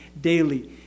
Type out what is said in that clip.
daily